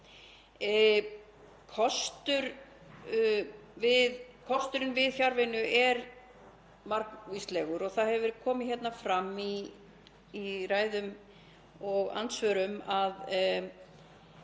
Kosturinn við fjarvinnu er margvíslegur. Það hefur komið fram í ræðum og andsvörum að